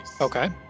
Okay